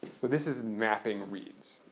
but this is mapping reads